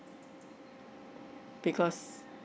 because